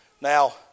Now